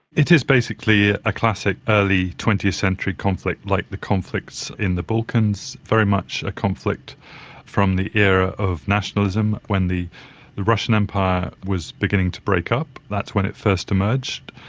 it is basically a classic early twentieth century conflict, like the conflicts in the balkans, very much a conflict from the era of nationalism when the the russian empire was beginning to break up, that's when it first emerged.